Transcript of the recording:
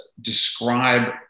describe